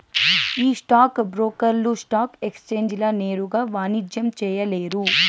ఈ స్టాక్ బ్రోకర్లు స్టాక్ ఎక్సేంజీల నేరుగా వాణిజ్యం చేయలేరు